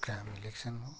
ग्राम election हो